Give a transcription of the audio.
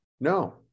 No